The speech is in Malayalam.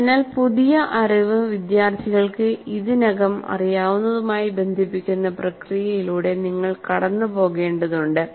അതിനാൽ പുതിയ അറിവ് വിദ്യാർത്ഥികൾക്ക് ഇതിനകം അറിയാവുന്നതുമായി ബന്ധിപ്പിക്കുന്ന പ്രക്രിയയിലൂടെ നിങ്ങൾ കടന്നുപോകേണ്ടതുണ്ട്